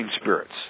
spirits